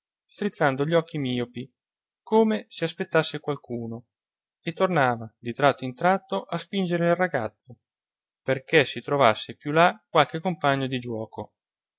strizzando gli occhi miopi come se aspettasse qualcuno e tornava di tratto in tratto a spingere il ragazzo perché si trovasse più là qualche compagno di giuoco